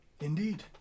Indeed